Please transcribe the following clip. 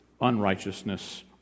unrighteousness